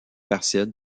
partielles